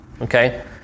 Okay